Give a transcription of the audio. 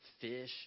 fish